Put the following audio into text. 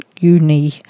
Uni